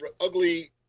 ugly